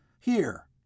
Here